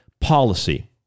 policy